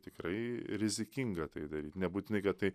tikrai rizikinga tai daryt nebūtinai kad tai